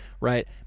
right